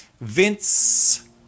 Vince